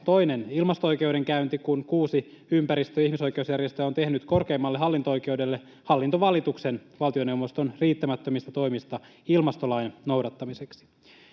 toinen ilmasto-oikeudenkäynti, kun kuusi ympäristö- ja ihmisoikeusjärjestöä on tehnyt korkeimmalle hallinto-oikeudelle hallintovalituksen valtioneuvoston riittämättömistä toimista ilmastolain noudattamiseksi.